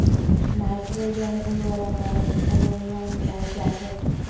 nitrogen उर्वरकत ammonia मिलाल जा छेक